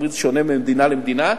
בארצות-הברית זה שונה ממדינה למדינה,